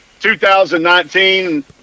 2019